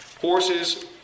horses